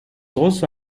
also